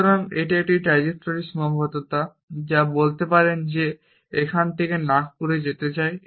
সুতরাং এটি একটি ট্র্যাজেক্টোরি সীমাবদ্ধতা যা আপনি বলতে পারেন যে আমি এখান থেকে নাগপুর যেতে চাই